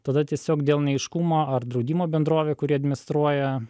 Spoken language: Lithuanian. tada tiesiog dėl neaiškumo ar draudimo bendrovė kuri administruoja